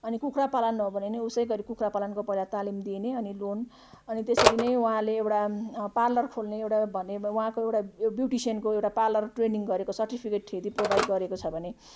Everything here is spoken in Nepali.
अनि कुखुरापालन हो भने नि उसै गरी कुखुरापालनको पहिला तालिम दिने अनि लोन अनि त्यसरी नै उहाँले एउटा पार्लर खोल्ने एउटा भने उहाँको एउटा यो ब्युटिसियनको एउटा पार्लर ट्रेनिङ गरेको सर्टिफिकेट यदि प्रोभाइड गरेको छ भने